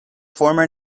former